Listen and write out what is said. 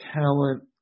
talent